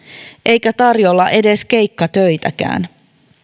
eikä tarjolla edes keikkatöitä